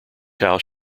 house